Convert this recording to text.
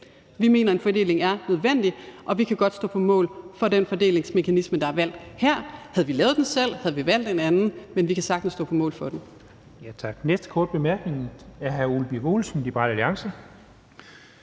Vi mener, at en fordeling er nødvendig, og vi kan godt stå på mål for den fordelingsmekanisme, der er valgt her. Havde vi lavet den selv, havde vi valgt en anden, men vi kan sagtens stå på mål for den.